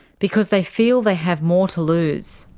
because they feel they have more to lose.